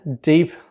deep